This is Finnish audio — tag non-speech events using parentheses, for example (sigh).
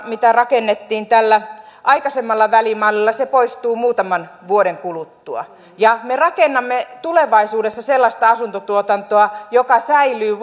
mitä rakennettiin tällä aikaisemmalla välimallilla poistuu muutaman vuoden kuluttua ja me rakennamme tulevaisuudessa sellaista asuntotuotantoa joka säilyy (unintelligible)